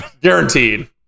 guaranteed